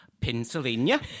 Pennsylvania